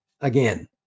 again